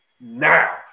Now